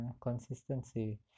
consistency